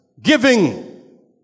giving